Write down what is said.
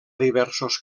diversos